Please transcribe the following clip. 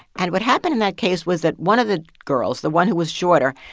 and what happened in that case was that one of the girls, the one who was shorter,